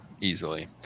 Easily